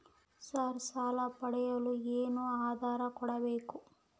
Sir ಸಾಲ ಪಡೆಯಲು ಏನು ಆಧಾರ ಕೋಡಬೇಕು?